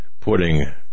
putting